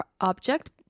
object